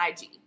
IG